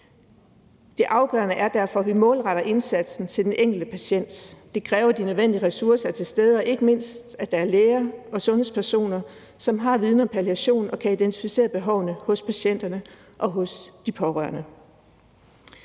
Det afgørende er derfor, at vi målretter indsatsen til den enkelte patient. Det kræver, at de nødvendige ressourcer er til stede, og ikke mindst, at der er læger og sundhedspersoner, som har viden om palliation og kan identificere behovene hos patienterne og hos de pårørende.